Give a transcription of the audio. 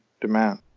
demand